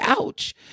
ouch